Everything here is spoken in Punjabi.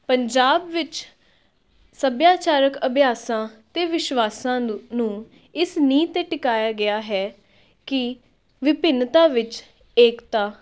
ਪੰਜਾਬ ਵਿੱਚ ਸੱਭਿਆਚਾਰਕ ਅਭਿਆਸਾਂ ਅਤੇ ਵਿਸ਼ਵਾਸਾਂ ਨੂੰ ਨੂੰ ਇਸ ਨੀਂਹ 'ਤੇ ਟਿਕਾਇਆ ਗਿਆ ਹੈ ਕਿ ਵਿਭਿੰਨਤਾ ਵਿੱਚ ਏਕਤਾ